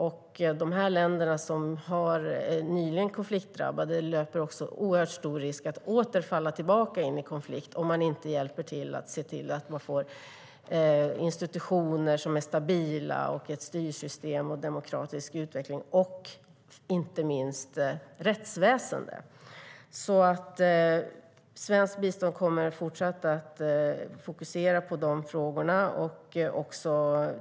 Och de länder som nyligen varit konfliktdrabbade löper oerhört stor risk att falla tillbaka in i konflikt om man inte hjälper till med att se till att de får institutioner som är stabila, ett styrsystem, en demokratisk utveckling och inte minst ett rättsväsen. Svenskt bistånd kommer fortsatt att fokusera på de frågorna.